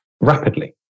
rapidly